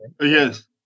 Yes